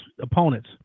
opponents